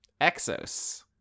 Exos